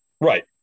Right